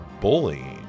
bullying